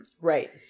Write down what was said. Right